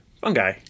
fungi